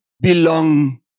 belong